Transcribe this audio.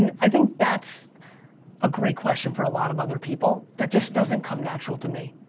and i think that's a great question for a lot of other people. that just doesn't come natural to me.